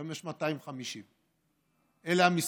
היום יש 250. אלה המספרים.